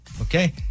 Okay